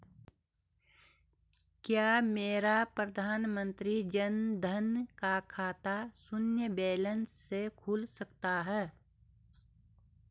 क्या मेरा प्रधानमंत्री जन धन का खाता शून्य बैलेंस से खुल सकता है?